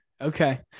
okay